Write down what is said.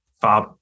Fab